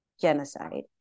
genocide